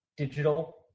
Digital